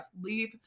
leave